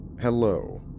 Hello